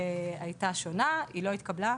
שהייתה שונה ולא התקבלה.